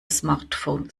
smartphone